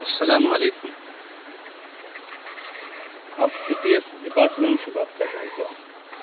السلام علیکم آپ ای پی ایف ڈپارٹمنٹ سے بات کر رہے ہیں کیا